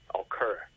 occur